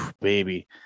baby